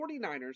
49ers